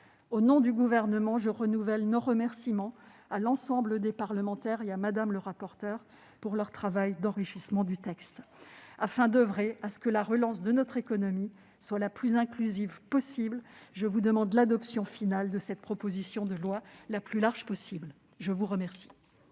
Au nom du Gouvernement, je renouvelle nos remerciements à l'ensemble des parlementaires et à Mme le rapporteur pour leur travail d'enrichissement du texte. Mesdames, messieurs les sénateurs, afin d'oeuvrer à ce que la relance de notre économie soit la plus inclusive possible, je vous demande une adoption définitive de cette proposition de loi la plus large possible. Très bien